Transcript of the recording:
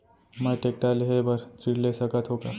मैं टेकटर लेहे बर ऋण ले सकत हो का?